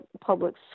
Public